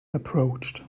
approached